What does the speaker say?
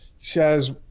says